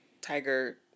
tiger